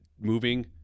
Moving